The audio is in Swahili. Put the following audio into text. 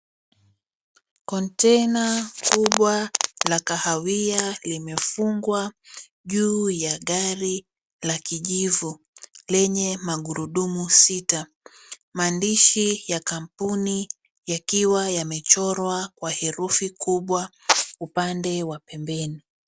Kontena kubwa la kahawia limefungwa juu ya gari la kijivu lenye magurudumu sita, maandishi ya kampuni yakiwa yamechorwa kwa herufi kubwa upande wa pembeni.